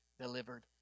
delivered